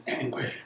angry